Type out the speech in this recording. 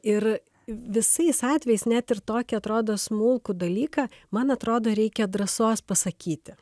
ir visais atvejais net ir tokį atrodo smulkų dalyką man atrodo reikia drąsos pasakyti